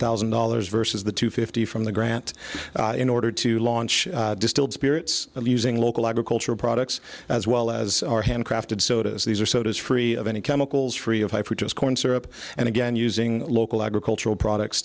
thousand dollars versus the two fifty from the grant in order to launch distilled spirits using local agricultural products as well as handcrafted sodas these are sodas free of any chemicals free of which is corn syrup and again using local agricultural products